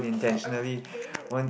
okay can we